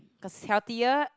cause healthier